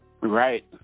Right